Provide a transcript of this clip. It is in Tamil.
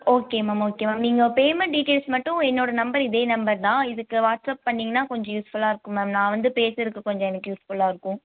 ஓகே மேம் ஓகே மேம் நீங்கள் பேமண்ட் டீட்டெயில்ஸ் மட்டும் என்னோட நம்பர் இதே நம்பர் தான் இதுக்கு வாட்ஸ்அப் பண்ணீங்கன்னால் கொஞ்சம் யூஸ்ஃபுல்லாக இருக்கும் மேம் நான் வந்து பேசறதுக்கு கொஞ்சம் எனக்கு யூஸ்ஃபுல்லாக இருக்கும்